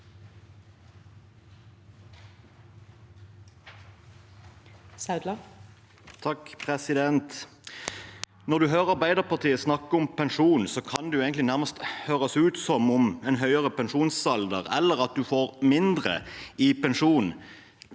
Når man hører Arbeiderpartiet snakke om pensjon, kan det høres ut som om høyere pensjonsalder eller at man får mindre i pensjon,